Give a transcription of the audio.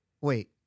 wait